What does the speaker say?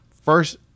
first